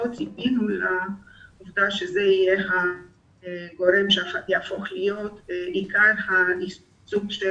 ציפינו שזה יהיה הגורם שיהפוך להיות עיקר העיסוק של